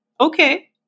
okay